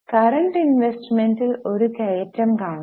current ഇന്വേസ്റ്മെന്റിൽ ഒരു കയറ്റം കാണാം